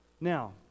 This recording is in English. Now